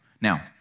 Now